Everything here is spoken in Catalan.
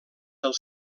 del